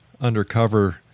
undercover